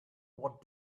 what